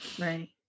Right